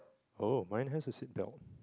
oh mine has a seatbelt